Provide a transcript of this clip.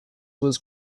was